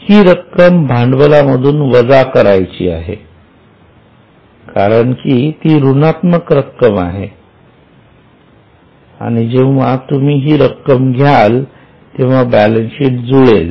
ही रक्कम भांडवला मधून वजा करायची आहे कारण कि ती ऋणात्मक रक्कम आहे आणि जेव्हा तुम्ही ही रक्कम घ्याल तेंव्हा बॅलन्सशीट जुळेल